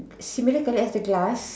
same miracle as the glass